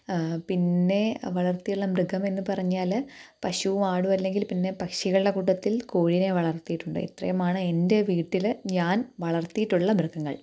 പിന്നെ വളർത്തിയുള്ള മൃഗമെന്ന് പറഞ്ഞാൽ പശു ആടുമല്ലെങ്കിൽ പിന്നെ പക്ഷികളുടെ കൂട്ടത്തിൽ കോഴീനെ വളർത്തിയിട്ടുണ്ട് ഇത്രയുമാണ് എൻ്റെ വീട്ടിൽ ഞാൻ വളർത്തിയിട്ടുള്ള മൃഗങ്ങൾ